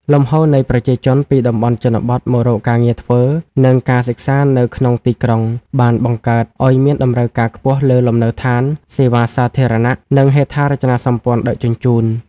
លំហូរនៃប្រជាជនពីតំបន់ជនបទមករកការងារធ្វើ និងការសិក្សានៅក្នុងទីក្រុង បានបង្កើតឱ្យមានតម្រូវការខ្ពស់លើលំនៅឋាន សេវាសាធារណៈ និងហេដ្ឋារចនាសម្ព័ន្ធដឹកជញ្ជូន។